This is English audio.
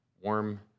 warm